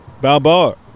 Balboa